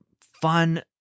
fun